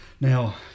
Now